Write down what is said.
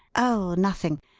oh, nothing.